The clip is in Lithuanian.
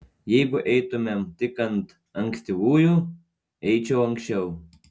jeigu eitumėm tik ant ankstyvųjų eičiau anksčiau